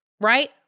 right